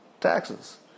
taxes